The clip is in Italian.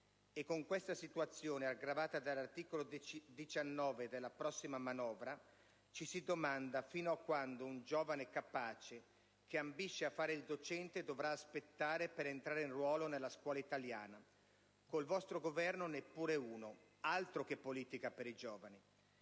Con questa situazione, aggravata dall'articolo 19 della prossima manovra, ci si domanda fino a quando un giovane capace che ambisce a fare il docente dovrà aspettare per entrare in ruolo nella scuola italiana: con il vostro Governo non ne entrerà neppure uno. Altro che politica per i giovani!